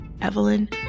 Evelyn